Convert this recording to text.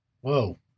Whoa